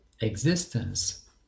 existence